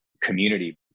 community